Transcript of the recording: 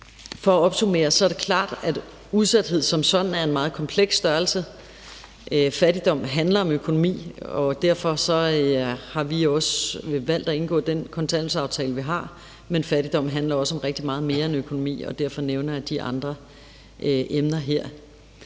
For at opsummere er det klart, at udsathed som sådan er en meget kompleks størrelse. Fattigdom handler om økonomi, og derfor har vi også valgt at indgå den kontanthjælpsaftale, vi har, men fattigdom handler også om rigtig meget mere end økonomi, og derfor nævner jeg de andre emner her.